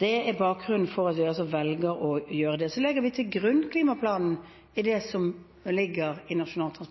Det er bakgrunnen for at vi velger å gjøre det. Så legger vi klimaplanen til grunn i det som